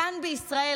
כאן בישראל,